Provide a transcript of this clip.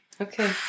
Okay